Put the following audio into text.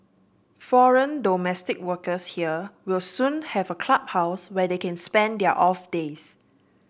foreign domestic workers here will soon have a clubhouse where they can spend their off days